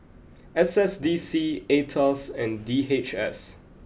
S S D C Aetos and D H S